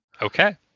okay